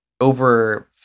over